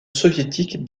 soviétique